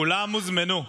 כולם הוזמנו.